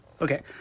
Okay